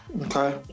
Okay